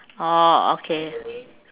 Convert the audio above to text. orh okay